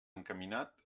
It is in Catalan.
encaminat